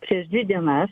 prieš dvi dienas